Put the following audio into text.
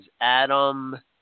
Adam –